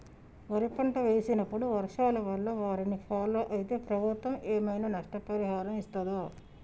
వరి పంట వేసినప్పుడు వర్షాల వల్ల వారిని ఫాలో అయితే ప్రభుత్వం ఏమైనా నష్టపరిహారం ఇస్తదా?